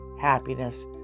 happiness